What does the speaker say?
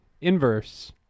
inverse